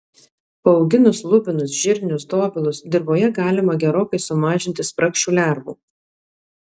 paauginus lubinus žirnius dobilus dirvoje galima gerokai sumažinti spragšių lervų